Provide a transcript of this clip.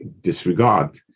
disregard